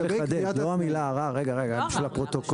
רק לחדד, לא המילה "ערר", רגע, לפרוטוקול.